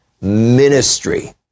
ministry